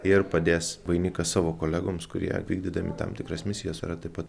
ir padės vainiką savo kolegoms kurie vykdydami tam tikras misijas yra taip pat